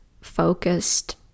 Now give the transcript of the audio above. focused